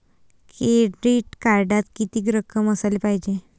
Credit कार्डात कितीक रक्कम असाले पायजे?